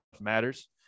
matters